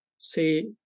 say